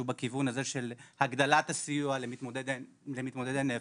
בכיוון הזה של הגדלת הסיוע למתמודדי נפש.